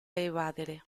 evadere